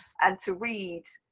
and to read,